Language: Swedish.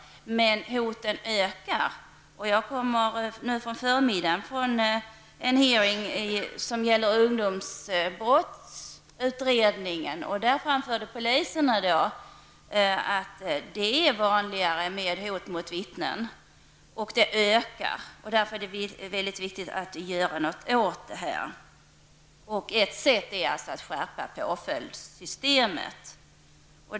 Men en ökning kan noteras också här. I dag på förmiddagen var jag på en utfrågning som gällde ungdomsbrottsutredningen. Från polisen framfördes då att hot mot vittnen blir allt vanligare. Det noteras alltså en ökning på detta område. Därför är det mycket viktigt att åtgärder vidtas. En åtgärd kunde vara att åstadkomma en skärpning beträffande påföljdssystemet.